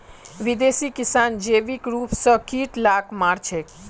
विदेशी किसान जैविक रूप स कीट लाक मार छेक